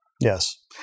Yes